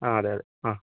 ആ അതെ അതെ ആ